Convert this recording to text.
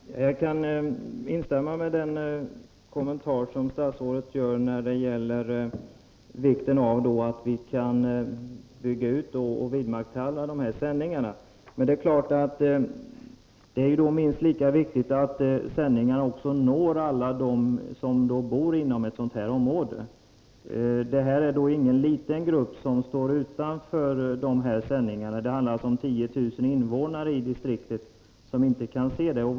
Herr talman! Jag kan instämma i den kommentar statsrådet gör när det gäller vikten av att bygga ut och vidmakthålla dessa sändningar. Men det är klart att det är minst lika viktigt att dagens sändningar också når alla dem som bor inom ett sådant område. Det är ju ingen liten grupp som står utanför. Det handlar om 10 000 invånare i distriktet som inte kan se sändningarna.